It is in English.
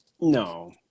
no